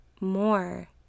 more